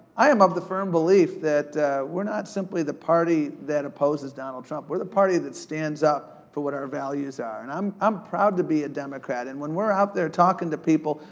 i am of the firm belief that we're not simply the party that opposes donald trump. we're the party that stands up for what our values are. and i'm um proud proud to be a democrat. and when we're out there talkin' to people,